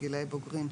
בגילאי בוגרים,